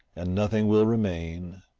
and nothing will remain,